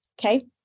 okay